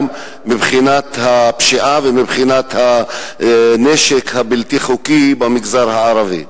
מבחינת הפשיעה ומבחינת הנשק הבלתי-חוקי במגזר הערבי.